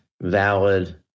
valid